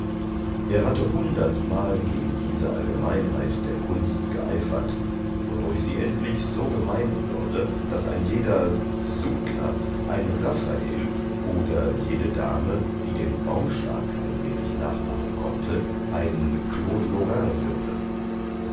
er hatte hundertmal gegen diese allgemeinheit der kunst geeifert wodurch sie endlich so gemein würde daß ein jeder sudler ein raphael oder jede dame die den baumschlag ein wenig nachmachen konnte ein claude lorrain würde